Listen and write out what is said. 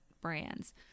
brands